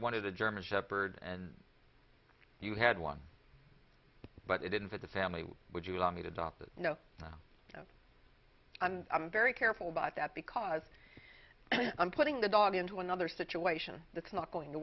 wanted a german shepherd and you had one but it didn't for the family would you allow me to drop that you know and i'm very careful about that because i'm putting the dog into another situation that's not going to